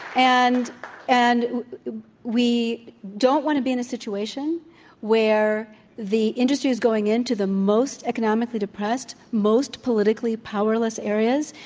and and we we don't want to be in a situation where the industry is going into the most economically depressed, most politically powerless areas,